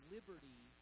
Liberty